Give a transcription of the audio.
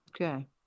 Okay